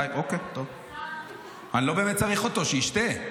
אני לא באמת צריך אותו, שישתה.